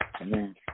Amen